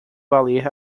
valer